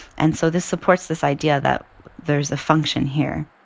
and so this supports this idea that there's a function here